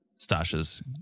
Stasha's